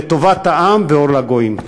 לטובת העם ואור לגויים.